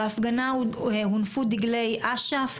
בהפגנה הונפו דגלי אשף,